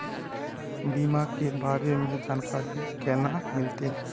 बीमा के बारे में जानकारी केना मिलते?